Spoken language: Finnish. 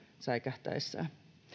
säikähtäessään